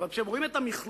אבל כשהם רואים את המכלול,